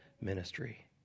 ministry